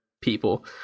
people